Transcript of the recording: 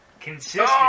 Consistent